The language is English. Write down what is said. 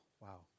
wow